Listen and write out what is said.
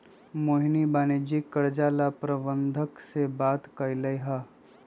मोहिनी वाणिज्यिक कर्जा ला प्रबंधक से बात कलकई ह